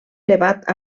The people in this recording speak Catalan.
elevat